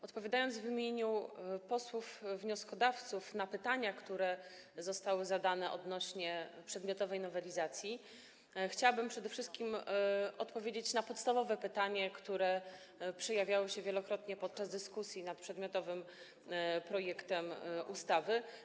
Odpowiadając w imieniu posłów wnioskodawców na pytania, które zostały zadane odnośnie do przedmiotowej nowelizacji, chciałabym przede wszystkim odpowiedzieć na podstawowe pytanie, które przewijało się wielokrotnie podczas dyskusji nad przedmiotowym projektem ustawy.